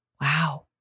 Wow